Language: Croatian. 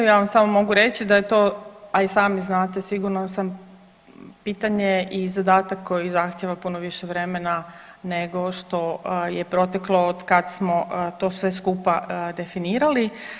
Ja vam samo mogu reći da je to, a i sami znate sigurna sam pitanje i zadatak koji zahtjeva puno više vremena nego što je proteklo otkad smo to sve skupa definirali.